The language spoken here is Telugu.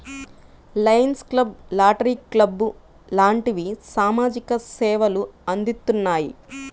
లయన్స్ క్లబ్బు, రోటరీ క్లబ్బు లాంటివి సామాజిక సేవలు అందిత్తున్నాయి